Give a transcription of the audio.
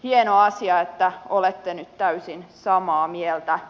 hieno asia että olette nyt täysin samaa mieltä